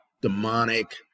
demonic